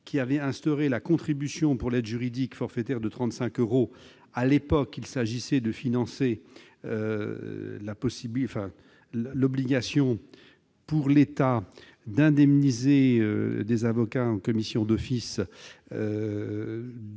avait instauré une contribution pour l'aide juridique forfaitaire de 35 euros. À l'époque, il s'agissait de financer l'obligation pour l'État d'indemniser des avocats commis d'office